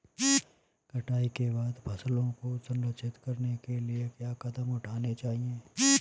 कटाई के बाद फसलों को संरक्षित करने के लिए क्या कदम उठाने चाहिए?